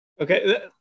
Okay